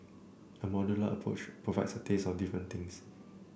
a modular approach provides a taste of different things